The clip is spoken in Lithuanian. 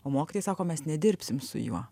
o mokytojai sako mes nedirbsim su juo